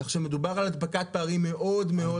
כך שמדובר על הדבקת פערים מאוד משמעותית.